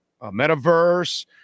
Metaverse